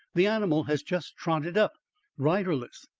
the animal has just trotted up riderless.